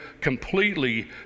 completely